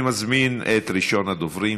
אני מזמין את ראשון הדוברים,